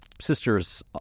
sister's